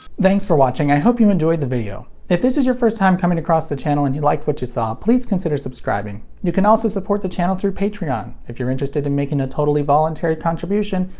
thanks for watching, i hope you enjoyed the video. if this is your first time coming across the channel and you liked what you saw, please consider subscribing. you can also support the channel through patreon. if you're interested in making a totally voluntary contribution,